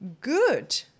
good